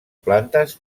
plantes